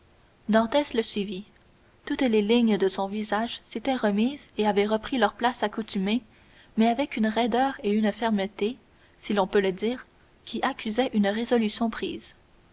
dantès le suivit toutes les lignes de son visage s'étaient remises et avaient repris leur place accoutumée mais avec une raideur et une fermeté si l'on peut le dire qui accusaient une résolution prise